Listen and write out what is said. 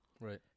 Right